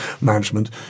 management